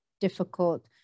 difficult